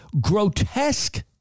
grotesque